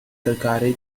calcarei